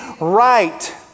right